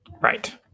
right